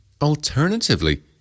Alternatively